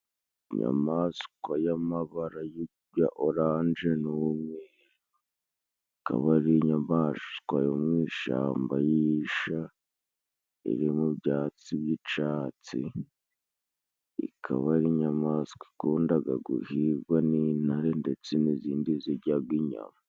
Inyamaswa yamabara ya oranje n'umweru ikaba ari inyamaswa yo mu ishamba y'isha iri mu byatsi by'icatsi ikaba ari inyamaswa ikundaga guhigwa n'intare ndetse n'izindi zijyaga inyama.